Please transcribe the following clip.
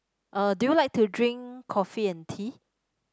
uh do you like to drink coffee and tea